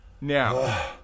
Now